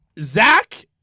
Zach